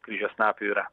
kryžiasnapių yra